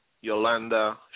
Yolanda